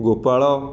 Gopal